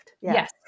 Yes